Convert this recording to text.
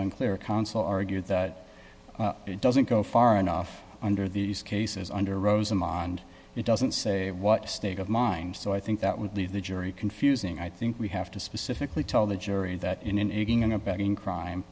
unclear counsel argued that it doesn't go far enough under these cases under rosa mond it doesn't say what state of mind so i think that would leave the jury confusing i think we have to specifically tell the jury that in